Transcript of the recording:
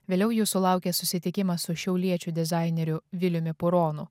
vėliau jūsų laukia susitikimas su šiauliečiu dizaineriu viliumi puronu